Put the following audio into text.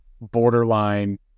borderline